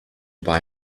buy